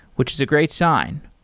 which is a great sign,